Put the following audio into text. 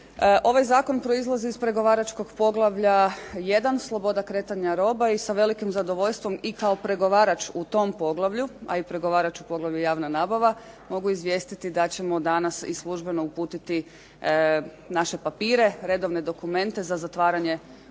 Ovaj zakon proizlazi iz pregovaračkog poglavlja 1 – Sloboda kretanja roba i sa velikim zadovoljstvom i kao pregovarač u tom poglavlju a i pregovarač u poglavlju – Javna nabava mogu izvijestiti da ćemo danas i službeno uputiti naše papire, redovne dokumente za zatvaranje